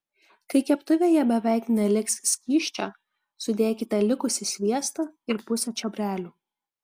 kai keptuvėje beveik neliks skysčio sudėkite likusį sviestą ir pusę čiobrelių